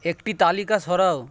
একটি তালিকা সরাও